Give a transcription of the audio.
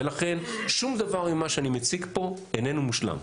ולכן, שום דבר ממה שאני מציג פה איננו מושלם,